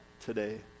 today